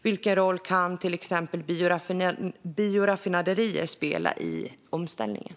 Vilken roll kan till exempel bioraffinaderier spela i omställningen?